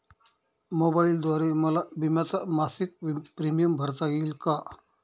मोबाईलद्वारे मला विम्याचा मासिक प्रीमियम भरता येईल का?